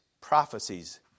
prophecies